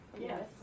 Yes